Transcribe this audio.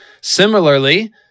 Similarly